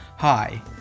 Hi